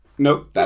Nope